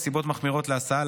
נסיבות מחמירות להסעה,